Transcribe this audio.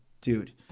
dude